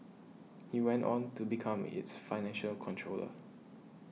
he went on to become its financial controller